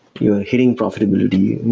you're hitting profitability,